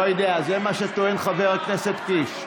לא יודע, זה מה שטוען חבר הכנסת קיש.